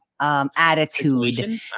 attitude